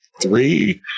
three